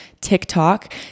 TikTok